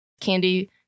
candy